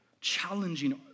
challenging